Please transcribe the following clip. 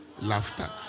Laughter